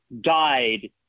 died